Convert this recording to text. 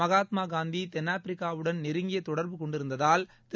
மகாத்மாகாந்திதென்னாப்பிரிக்காவுடன் நெருங்கியதொடர்பு கொண்டிருந்ததால் திரு